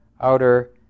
outer